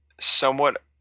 somewhat